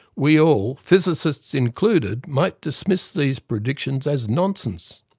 we all, physicists included, might dismiss these predictions as nonsense,